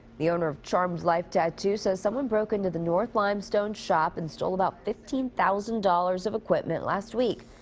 the owner of charmed life tattoo says someone broke into the north limestone shop and stole about fifteen thousand dollars of equipment last week.